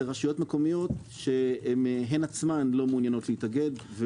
רשויות מקומיות שהן עצמן לא מעוניינות להתאגד.